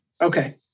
Okay